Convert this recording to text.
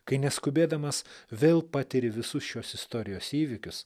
kai neskubėdamas vėl patiri visus šios istorijos įvykius